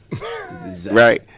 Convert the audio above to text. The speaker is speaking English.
right